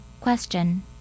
Question